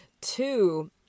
Two